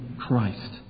Christ